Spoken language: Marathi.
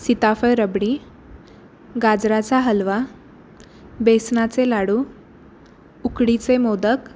सीताफळ रबडी गाजराचा हलवा बेसनाचे लाडू उकडीचे मोदक